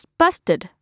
busted